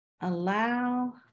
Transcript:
Allow